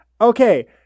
okay